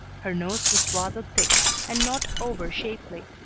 her nose was rather thick and not over shapely.